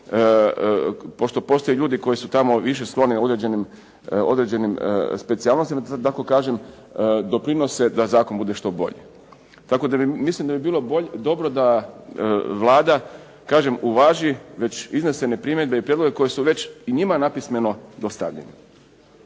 pošto postoje ljudi koji su tamo više skloni određenim specijalnostima da to tako kažem, doprinose da zakon bude što bolji. Tako da mislim da bi bilo dobro da Vlada, kažem uvaži već iznesene primjedbe i prijedloge koji su već i njima napismeno dostavljeni.